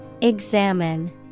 Examine